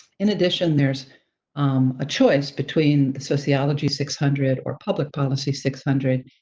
in addition, there's um a choice between the sociology six hundred or public policy six hundred